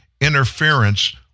interference